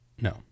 No